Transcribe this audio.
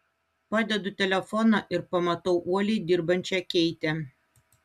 padedu telefoną ir pamatau uoliai dirbančią keitę